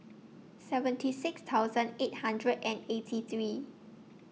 seventy six thousand eight hundred and eighty three